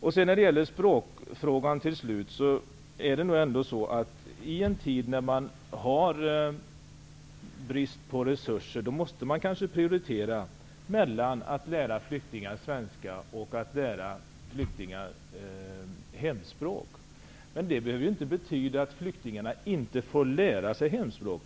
I en tid med brist på resurser måste man kanske, med tanke på språkfrågan, prioritera mellan att lära flyktingar svenska och att lära flyktingar hemspråk. Men det behöver inte betyda att flyktingarna inte får lära sig hemspråk.